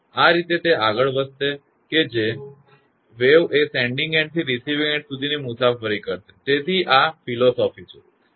આ રીતે તે આગળ વધશે કે જે વેવ એ સેન્ડીંગ એન્ડ થી રિસીવીંગ એન્ડ સુધીની મુસાફરી કરશે તેથી આ તત્વજ્ઞાનફિલસૂફી છે